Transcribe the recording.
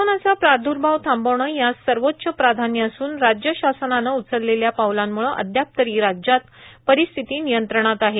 कोरोनाचा प्रादुर्भाव थांबविणे यास सर्वोच्च प्राधान्य असून राज्यशासनान उचललेल्या पावलांम्ळे अद्याप तरी राज्यात परिस्थिती नियंत्रणात आहे